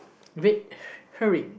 Vic Hary